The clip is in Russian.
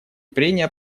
прения